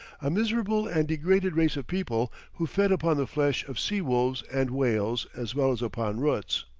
a miserable and degraded race of people who fed upon the flesh of sea-wolves and whales, as well as upon roots.